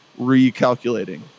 recalculating